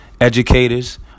educators